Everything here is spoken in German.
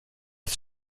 ist